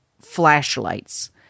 flashlights